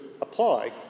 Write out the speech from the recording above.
apply